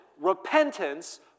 repentance